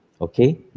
okay